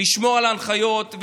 לשמור על ההנחיות,